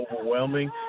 overwhelming